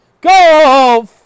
go